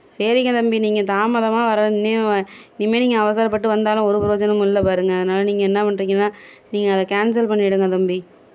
சரிங்க தம்பி நீங்கள் தாமதமாக வரம்னே இனிமேல் நீங்கள் அவரசப்பட்டு வந்தாலும் ஒரு புரோஜனும் இல்லை பாருங்க அதனால நீங்கள் என்ன பண்ணுறிங்கன்னா நீங்கள் அதை கேன்சல் பண்ணிவிடுங்க தம்பி